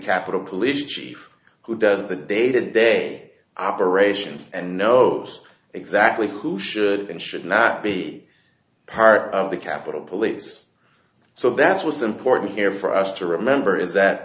capitol police chief who does the day to day operations and knows exactly who should and should not be part of the capitol police so that's what's important here for us to remember is that